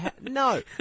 No